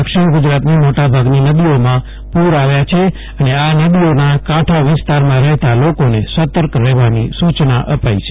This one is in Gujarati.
દક્ષિણ ગુજરાતની મોટાભાગની નદીઓમાં પૂર આવ્યા છે અને આ નદીઓના કાંઠાવિસ્તારમાં રહેતા લોકોને સત્રક રહેવાની સૂચના અપાઇ છે